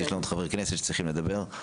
יש לנו עוד חברי כנסת שצריכים לדבר.